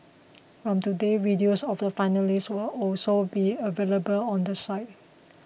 from today videos of the finalists will also be available on the site